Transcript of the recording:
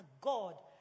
God